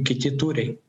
kiti tūriai